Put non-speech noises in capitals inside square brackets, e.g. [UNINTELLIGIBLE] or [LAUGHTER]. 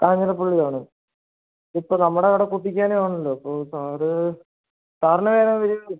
കാഞ്ഞിരപ്പള്ളിയാണോ ഇപ്പോൾ നമ്മുടെ കട കുട്ടിക്കാനം ആണല്ലോ അപ്പോൾ സാറ് സാറിന് [UNINTELLIGIBLE]